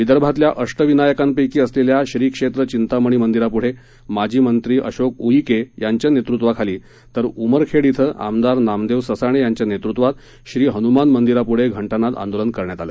विदर्भातल्या अष्टविनायकांपैकी असलेल्या श्री क्षेत्र चिंतामणी मंदिरापुढे माजी मंत्री अशोक उईके यांच्या नेतृत्वाखाली तर उमरखेड इथं आमदार नामदेव ससाणे यांच्या नेतृत्वात श्री हन्मान मंदिराप्ढं घंटानाद आंदोलन करण्यात आलं